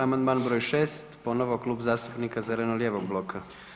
Amandman br. 6, ponovno Klub zastupnika zeleno-lijevog bloka.